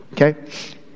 Okay